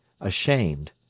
ashamed